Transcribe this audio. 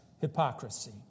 hypocrisy